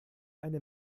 eine